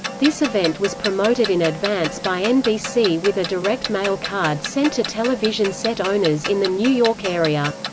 this event was promoted in advance by nbc with a direct-mail card sent to television set owners in the new york area.